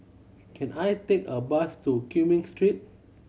can I take a bus to Cumming Street